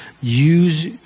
use